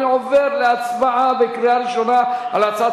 אני עובר להצבעה בקריאה ראשונה על הצעת